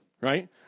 right